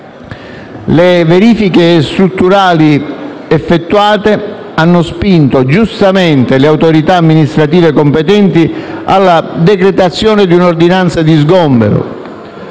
Le verifiche strutturali effettuate hanno spinto, giustamente, le autorità amministrative competenti alla decretazione di un'ordinanza di sgombero.